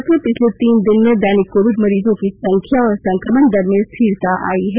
भारत में पिछले तीन दिन में दैनिक कोविड मरीजों की संख्या और संक्रमण दर में स्थिरता आई है